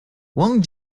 wang